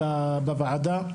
החריגים בוועדה.